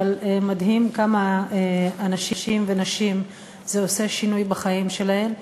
אבל מדהים כמה אנשים ונשים זה עושה שינוי בחיים שלהם,